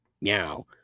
Meow